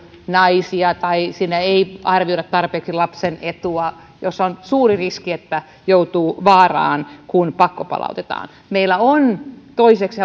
naisia tai ei arvioida tarpeeksi lapsen etua jos on suuri riski että joutuu vaaraan kun pakkopalautetaan toiseksi